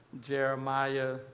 Jeremiah